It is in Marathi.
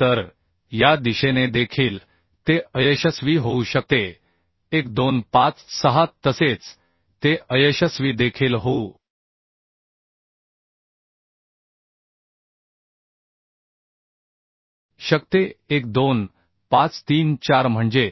तर या दिशेने देखील ते अयशस्वी होऊ शकते 1 2 5 6 तसेच ते अयशस्वी देखील होऊ शकते 1 2 5 3 4 म्हणजे